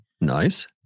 Nice